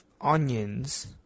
onions